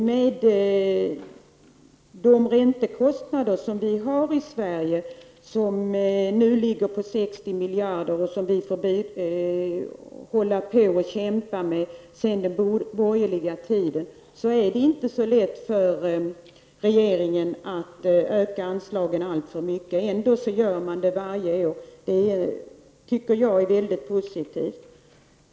Med de räntekostnader som vi har i Sverige -- nu rör det sig om 60 miljarder -- och som vi får kämpa med efter den borgerliga regeringstiden är det inte särskilt lätt för regeringen att höja anslagen särskilt mycket. Ändå sker det en höjning varje år, och det tycker jag är mycket positivt.